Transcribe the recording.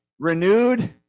renewed